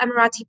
Emirati